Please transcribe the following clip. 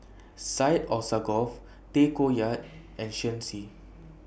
Syed Alsagoff Tay Koh Yat and Shen Xi